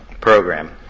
program